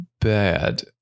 bad